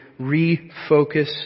refocus